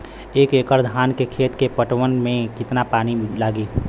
एक एकड़ धान के खेत के पटवन मे कितना पानी लागि?